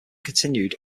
continued